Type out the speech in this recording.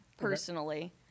personally